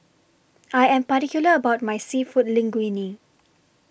I Am particular about My Seafood Linguine